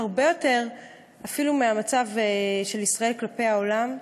הרבה יותר אפילו מהמצב של ישראל כלפי העולם,